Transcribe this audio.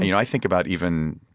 you know i think about even